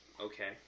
okay